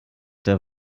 der